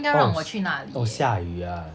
oh oh 下雨啊